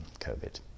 COVID